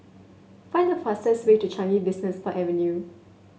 find the fastest way to Changi Business Park Avenue